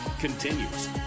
continues